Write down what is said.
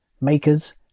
makers